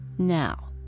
Now